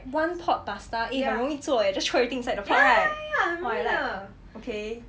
one pot pasta eh 很容易做 leh just throw everything inside the pot right !wah! I like okay